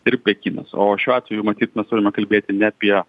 ir pekinas o šiuo atveju matyt mes turime kalbėti ne apie